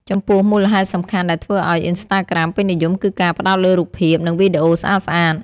ចំពោះ មូលហេតុសំខាន់ដែលធ្វើឱ្យ អុីនស្តាក្រាម ពេញនិយម គឺការ ផ្តោតលើរូបភាព និងវីដេអូស្អាតៗ។